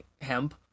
hemp